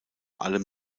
allem